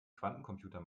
quantencomputer